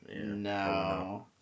no